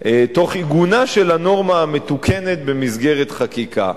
תוך עיגונה של הנורמה המתוקנת במסגרת חקיקה.